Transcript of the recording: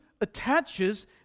attaches